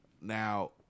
Now